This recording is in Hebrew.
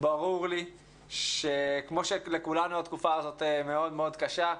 ברור לי שכמו שלכולנו התקופה הזאת מאוד מאוד קשה,